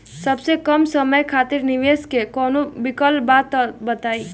सबसे कम समय खातिर निवेश के कौनो विकल्प बा त तनि बताई?